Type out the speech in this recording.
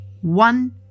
one